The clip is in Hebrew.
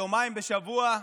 יומיים בשבוע,